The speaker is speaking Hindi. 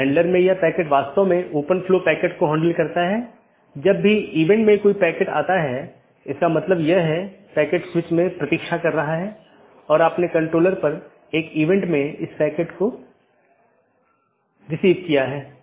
यह फीचर BGP साथियों को एक ही विज्ञापन में कई सन्निहित रूटिंग प्रविष्टियों को समेकित करने की अनुमति देता है और यह BGP की स्केलेबिलिटी को बड़े नेटवर्क तक बढ़ाता है